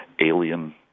alien